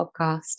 podcast